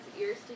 ears